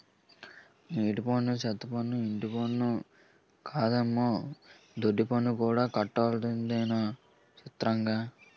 నీలపన్ను, సెత్తపన్ను, ఇంటిపన్నే కాదమ్మో దొడ్డిపన్ను కూడా కట్టాలటొదినా సిత్రంగా